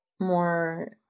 more